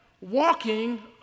walking